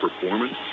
performance